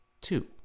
two